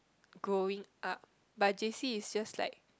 growing up but j_c is just like